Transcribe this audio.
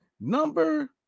number